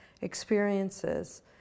experiences